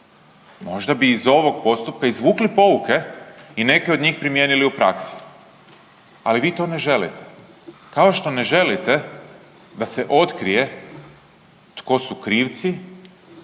Možda bi iz ovog postupka izvukli pouke i neke od njih primijenili u praksi. Ali vi to ne želite. Kao što ne želite da se otkrije tko su krivci.